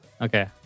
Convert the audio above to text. Okay